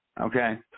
Okay